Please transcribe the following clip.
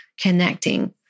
connecting